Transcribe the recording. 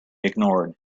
ignored